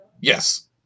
Yes